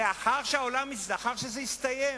לאחר שזה הסתיים,